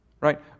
Right